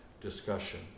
discussion